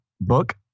book